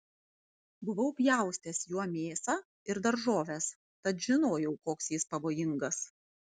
buvau pjaustęs juo mėsą ir daržoves tad žinojau koks jis pavojingas